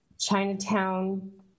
Chinatown